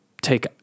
take –